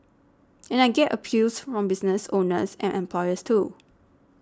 and I get appeals from business owners and employers too